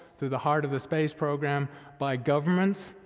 through the heart of the space program by governments,